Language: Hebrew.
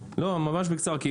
לא, ממש בקצרה.